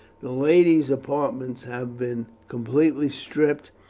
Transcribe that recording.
the ladies' apartments have been completely stripped,